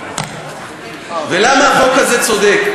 ולמה החוק הזה צודק.